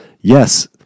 yes